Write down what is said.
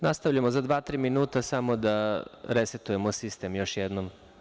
Nastavljamo sa radom za dva, tri minuta, samo da resetujemo sistem još jednom.